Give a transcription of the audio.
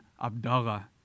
Abdallah